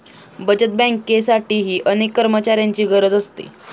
बचत बँकेसाठीही अनेक कर्मचाऱ्यांची गरज असते